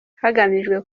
hagamijwe